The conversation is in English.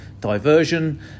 diversion